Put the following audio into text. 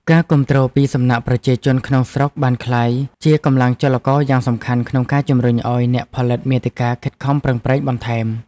ការគាំទ្រពីសំណាក់ប្រជាជនក្នុងស្រុកបានក្លាយជាកម្លាំងចលករយ៉ាងសំខាន់ក្នុងការជំរុញឱ្យអ្នកផលិតមាតិកាខិតខំប្រឹងប្រែងបន្ថែម។